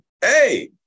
hey